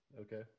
okay